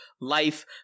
life